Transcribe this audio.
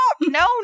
No